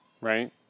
right